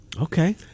Okay